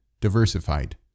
diversified